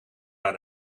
naar